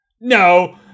No